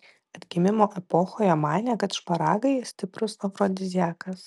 atgimimo epochoje manė kad šparagai stiprus afrodiziakas